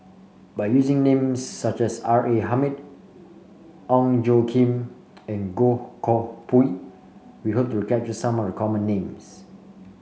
by using names such as R A Hamid Ong Tjoe Kim and Goh Koh Pui we hope to capture some of the common names